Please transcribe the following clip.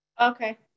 Okay